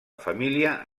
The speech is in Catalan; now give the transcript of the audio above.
família